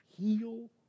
heal